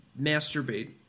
masturbate